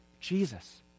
Jesus